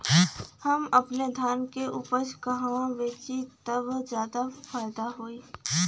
हम अपने धान के उपज कहवा बेंचि त ज्यादा फैदा होई?